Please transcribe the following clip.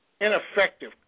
ineffective